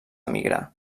emigrar